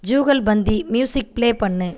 jugalbandi music play பண்ணு